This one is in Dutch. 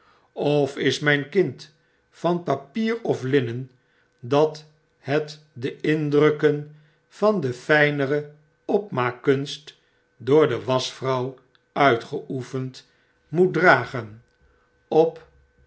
of is mjjn kind van papier of linnen dathetdeindrukkeii vaa de fijnere opmaakkunst door de waschvrouw uitgeoefend moet dragen opzgnzachte